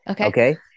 Okay